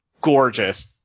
gorgeous